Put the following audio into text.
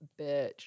bitch